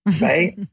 Right